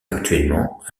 actuellement